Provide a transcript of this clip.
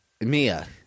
Mia